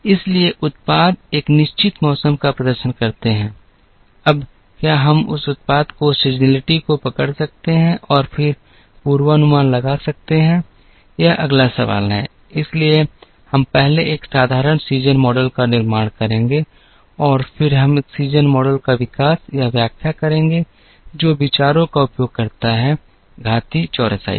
इसलिए उत्पाद एक निश्चित मौसम का प्रदर्शन करते हैं अब क्या हम उस उत्पाद की सीज़निटी को पकड़ सकते हैं और फिर पूर्वानुमान लगा सकते हैं यह अगला सवाल है इसलिए हम पहले एक साधारण सीज़न मॉडल का निर्माण करेंगे और फिर हम एक सीज़न मॉडल का विकास या व्याख्या करेंगे जो विचारों का उपयोग करता है घातीय चौरसाई से